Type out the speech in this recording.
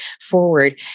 forward